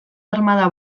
armada